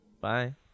bye